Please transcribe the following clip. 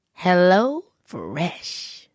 HelloFresh